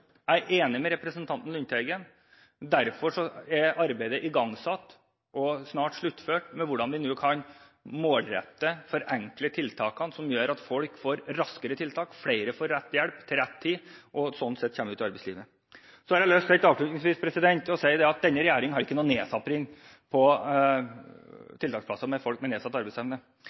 Jeg er enig med representanten Lundteigen, og derfor er arbeidet med hvordan vi kan målrette og forenkle tiltakene – slik at folk får tiltak raskere og flere får rett hjelp til rett tid, slik at de kommer seg ut i arbeidslivet – igangsatt og snart sluttført. Avslutningsvis har jeg lyst til å si at denne regjeringen ikke har noen nedtrapping av tiltaksplasser for folk med nedsatt arbeidsevne.